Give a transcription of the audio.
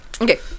Okay